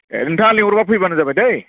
एह नोंथाङा लिंहरबा फैबानो जाबाय दै